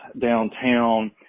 downtown